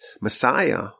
Messiah